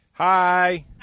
Hi